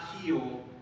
heal